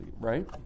right